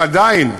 ועדיין,